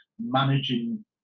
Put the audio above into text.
managing